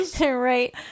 Right